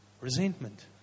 Resentment